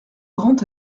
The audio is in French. grand